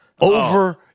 over